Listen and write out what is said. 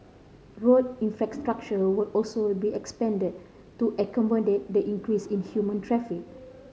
road infrastructure will also be expanded to accommodate the increase in human traffic